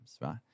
right